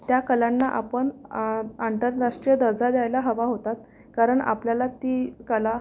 त्या कलांना आपण आंतरराष्ट्रीय दर्जा द्यायला हवा होतात कारण आपल्याला ती कला